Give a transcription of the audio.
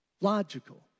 Logical